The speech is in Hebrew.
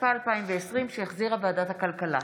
התשפ"א 2020, שהחזירה ועדת הכלכלה.